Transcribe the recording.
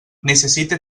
necessite